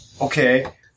okay